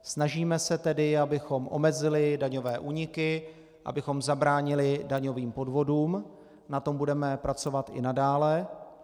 Snažíme se tedy, abychom omezili daňové úniky, abychom zabránili daňovým podvodům, na tom budeme pracovat i nadále.